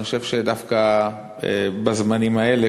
אני חושב שדווקא בזמנים האלה,